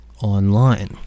online